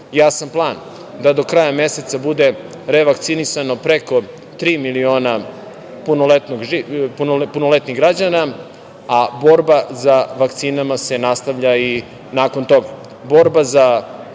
jasan plan da do kraja meseca bude revakcinisano preko tri miliona punoletnih građana, a borba za vakcinama se nastavlja i nakon toga.